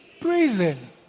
prison